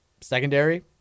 secondary